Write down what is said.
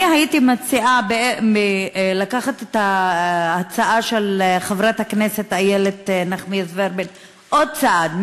הייתי מציעה לקחת את ההצעה של חברת הכנסת איילת נחמיאס ורבין עוד צעד,